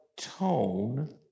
tone